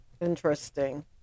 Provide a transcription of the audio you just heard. Interesting